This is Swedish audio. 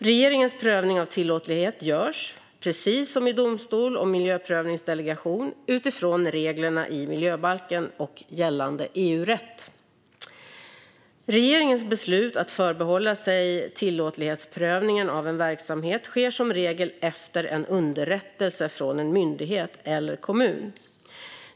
Regeringens prövning av tillåtlighet görs - precis som i domstol och miljöprövningsdelegation - utifrån reglerna i miljöbalken och gällande EU-rätt. Regeringens beslut att förbehålla sig tillåtlighetsprövningen av en verksamhet sker som regel efter underrättelse från en myndighet eller kommun.